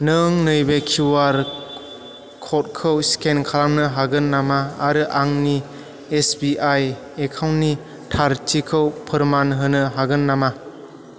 नों नैबे किउ आर क'डखौ स्केन खालामनो हागोन नामा आरो आंनि एस बि आइ एकाउन्टनि थारथिखौ फोरमान हागोन नामा